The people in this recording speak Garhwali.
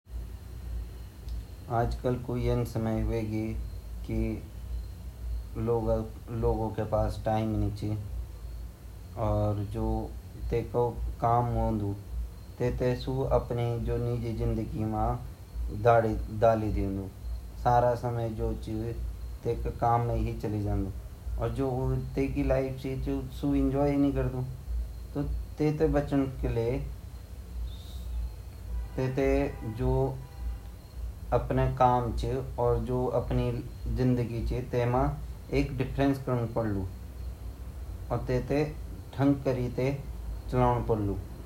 इति तेज़ चलन वाई दुनिया मा हम अपूते कन के हम संभाल सकन हमते यन कन चैंड की आपा जू यू नेटव्रक ची गूगल छिन येगा द्वारा आपा काम क्र लया घर मा बैठीते अर आपा घरो खांड पयोंड भी बाणे सकन, मतलब आपा खाडो ऊ देखण जू तुमा संस्कारों दे पलीज छिन।